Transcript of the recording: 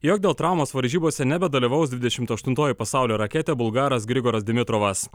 jog dėl traumos varžybose nebedalyvaus dvidešimt aštuntoji pasaulio raketė bulgaras grigoras dimitrovas